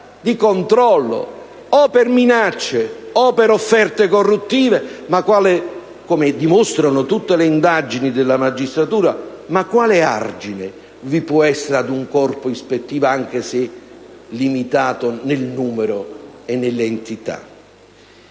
di controllo, o per minacce o per offerte corruttive, come dimostrano tutte le indagini della magistratura. Quale argine può essere dato ad un corpo ispettivo, anche se limitato nel numero e nelle entità?